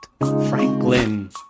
Franklin